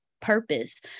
purpose